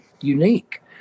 unique